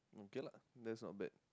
okay lah that's not bad